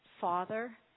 Father